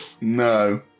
No